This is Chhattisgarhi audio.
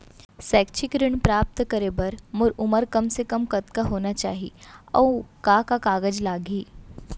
शैक्षिक ऋण प्राप्त करे बर मोर उमर कम से कम कतका होना चाहि, अऊ का का कागज लागही?